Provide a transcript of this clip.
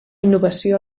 innovació